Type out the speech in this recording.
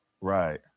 Right